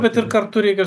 kad ir kartu reikia